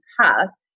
past